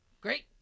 great